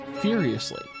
furiously